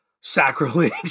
sacrilege